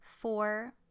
four